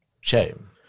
shame